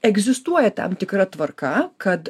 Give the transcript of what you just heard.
egzistuoja tam tikra tvarka kad